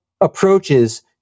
approaches